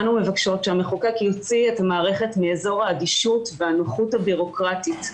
אנו מבקשות שהמחוקק יוציא את המערכת מאזור האדישות והנוחות הבירוקרטית,